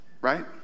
right